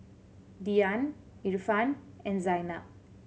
Dian Irfan and Zaynab